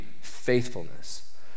faithfulness